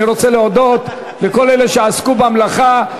אני רוצה להודות לכל אלה שעסקו במלאכה.